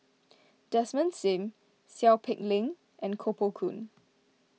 Desmond Sim Seow Peck Leng and Koh Poh Koon